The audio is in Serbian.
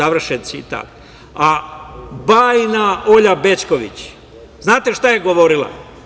A bajna Olja Bećković znate šta je govorila?